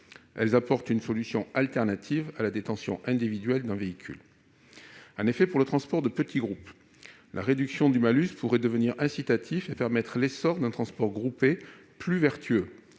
Elles apportent une solution alternative à la détention individuelle d'un véhicule. En effet, pour le transport de petits groupes, la réduction du malus pourrait devenir incitative et permettre l'essor d'un transport groupé plus vertueux.